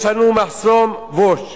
יש לנו "מחסום Watch",